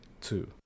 two